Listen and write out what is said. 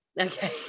Okay